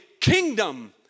kingdom